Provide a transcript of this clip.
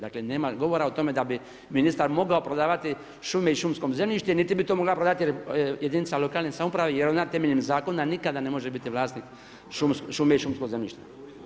Dakle, nema govora o tome, da bi ministar mogao prodavati šume i šumskom zemljištem, niti bi to mogla prodavati jedinica lokalne samouprave, jer ona temeljem zakona nikada ne može biti vlasnik šume i šumskog zemljišta.